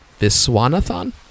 Viswanathan